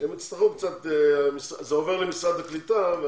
זה עובר למשרד הקליטה,